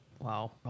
Wow